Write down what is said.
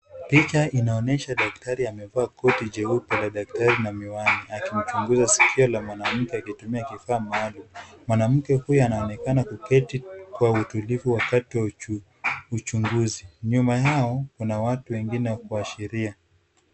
Picha inaonesha daktari amevaa koti jeupe la daktari ba miwani. Akilichunguza sikio la mwanamke akitumia kifaa maalum. Mwanamke huyu anaonekana kuketi kwa utulivu wakati wa uchunguzi. Nyuma yao kuna watu wengine wa kuashiria.